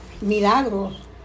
milagros